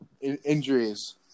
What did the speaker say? injuries